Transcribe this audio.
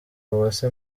uwase